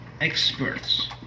experts